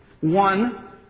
One